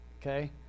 okay